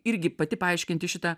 irgi pati paaiškinti šitą